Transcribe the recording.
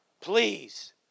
Please